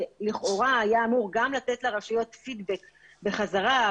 שלכאורה היה אמור גם לתת לרשויות פידבק בחזרה,